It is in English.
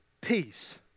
peace